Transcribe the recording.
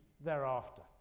thereafter